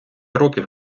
років